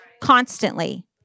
Constantly